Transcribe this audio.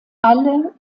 alle